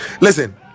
listen